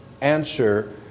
answer